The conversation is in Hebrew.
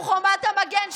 ולכן אתם עדיין המומים,